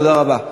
תודה רבה.